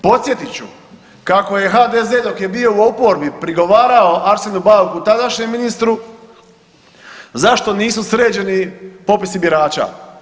Podsjetit ću kako je HDZ dok je bio u oporbi prigovarao Arsenu Bauku tadašnjem ministru zašto nisu sređeni popisi birača.